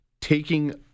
taking